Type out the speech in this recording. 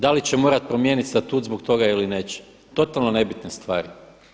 Da li će morati promijeniti statut zbog toga ili neće totalno nebitna stvar.